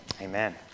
Amen